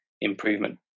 improvement